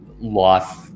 life